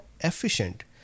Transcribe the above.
efficient